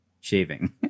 shaving